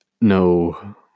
no